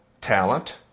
talent